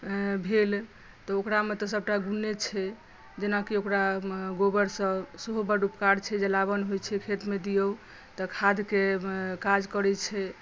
भेल तऽ ओकरामे तऽ सभटा गुणे छै जेनाकि ओकरा गोबरसँ सेहो बड उपकार छै जलावन होइ छै खेतमे दियौ तऽ खाद्यकेँ काज करै छै